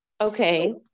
Okay